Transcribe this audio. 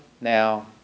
now